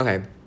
okay